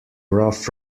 rough